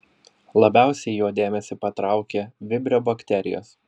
labiausiai jo dėmesį patraukė vibrio bakterijos